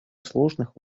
сложных